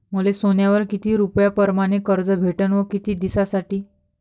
मले सोन्यावर किती रुपया परमाने कर्ज भेटन व किती दिसासाठी?